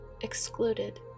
Excluded